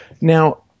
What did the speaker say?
Now